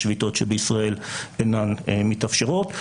שביתות שבישראל אינן מתאפשרות.